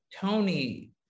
Tony